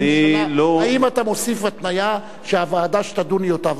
האם אתה מוסיף התניה שהוועדה שתדון היא אותה ועדה?